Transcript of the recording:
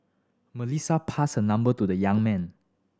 Melissa passed her number to the young man